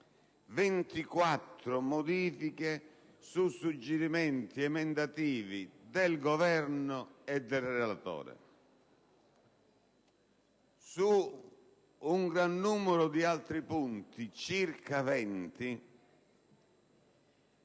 24 su suggerimenti emendativi del Governo e del relatore. Su un gran numero di altri punti - circa 20